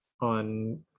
on